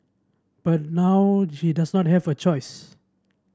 but now she does not have a choice